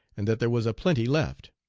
and that there was a plenty left.